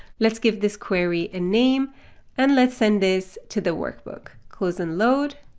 let's give this query a name and let's send this to the workbook. close and load.